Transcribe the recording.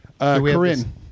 Corinne